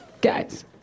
guys